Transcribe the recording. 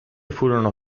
furono